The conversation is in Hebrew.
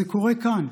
זה קורה כאן.